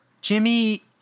Jimmy